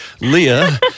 Leah